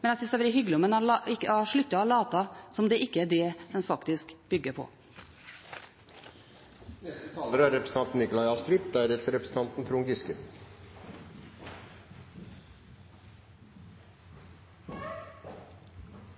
Men jeg synes det hadde vært hyggelig om en sluttet å late som om det ikke er det en faktisk bygger på.